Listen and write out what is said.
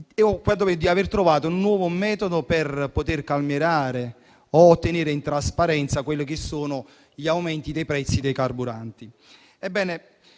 di aver trovato un nuovo metodo per calmierare o tenere in trasparenza gli aumenti dei prezzi dei carburanti.